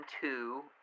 Two